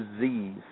disease